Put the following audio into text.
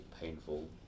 painful